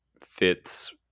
fits